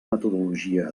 metodologia